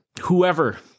whoever